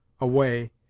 away